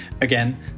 again